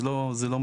זה לא מדויק.